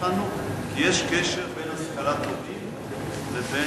כי יש קשר בין השכלת הורים לבין,